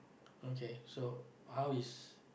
okay so how is